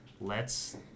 lets